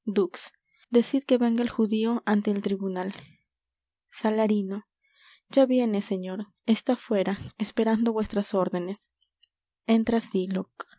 que venga el judío ante el tribunal salarino ya viene señor está fuera esperando vuestras órdenes